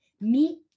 meet